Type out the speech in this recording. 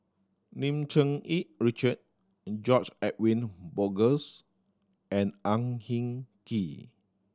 Lim Cherng Yih Richard George Edwin Bogaars and Ang Hin Kee